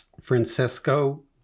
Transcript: Francesco